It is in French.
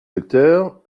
docteur